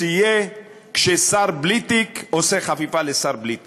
יהיה כששר בלי תיק עושה חפיפה לשר בלי תיק.